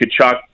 kachuk